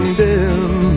dim